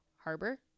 harbor